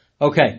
Okay